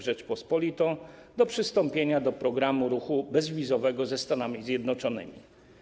Rzeczpospolitą do przystąpienia do programu ruchu bezwizowego ze Stanami Zjednoczonymi.